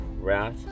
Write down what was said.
wrath